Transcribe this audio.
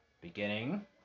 beginning